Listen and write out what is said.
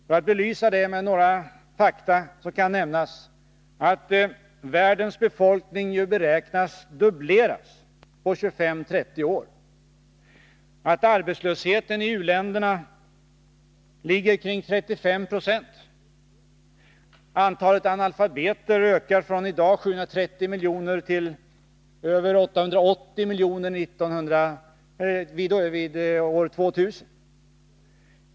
För att belysa detta med några fakta kan nämnas att världens befolkning beräknas fördubblas på 35-30 år, att arbetslösheten i u-länderna ligger kring 35 96 och att antalet analfabeter ökar från nuvarande 730 miljoner till över 880 miljoner år 2000.